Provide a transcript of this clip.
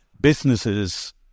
businesses